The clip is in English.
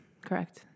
Correct